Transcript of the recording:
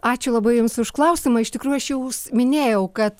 ačiū labai jums už klausimą iš tikrųjų aš jau minėjau kad